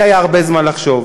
לי היה הרבה זמן לחשוב,